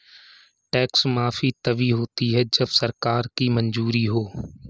tax माफी तभी होती है जब सरकार की मंजूरी हो